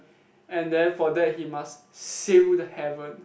and then for that he must seal the heaven